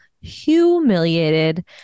humiliated